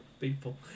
people